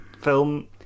film